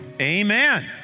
Amen